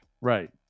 Right